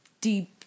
deep